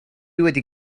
wedi